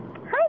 Hi